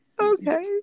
okay